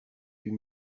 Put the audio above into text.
huit